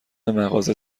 مغازه